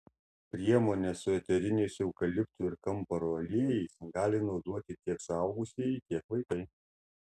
priemonę su eteriniais eukaliptų ir kamparo aliejais gali naudoti tiek suaugusieji tiek vaikai